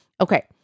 Okay